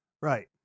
Right